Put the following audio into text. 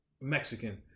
Mexican